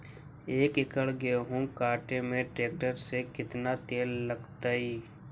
एक एकड़ गेहूं काटे में टरेकटर से केतना तेल लगतइ?